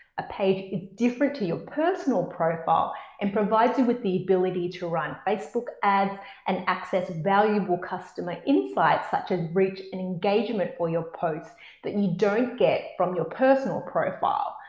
a page is different to your personal profile and provides you with the ability to run facebook ads and access valuable customer insights such as rich and engagement for your post that you don't get from your personal profile.